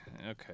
okay